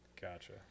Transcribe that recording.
Gotcha